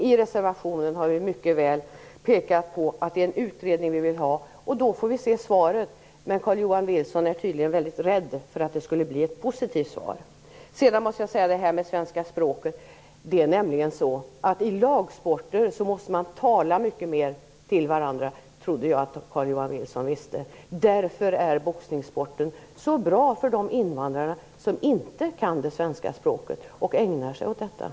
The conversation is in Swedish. I reservationen har vi mycket väl pekat på att det är just en utredning vi vill ha. Då skulle vi få svar, men Carl Johan Wilson är tydligen väldigt rädd för att det skulle bli ett positivt svar. Jag måste få säga en sak när det gäller svenska språket. I lagsporter måste man nämligen tala mycket mer till varandra. Det trodde jag att Carl-Johan Wilson visste. Därför är boxningssporten så bra för de invandrare som inte kan det svenska språket och vill ägna sig åt boxning.